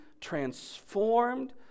transformed